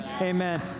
Amen